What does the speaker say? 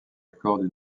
accorde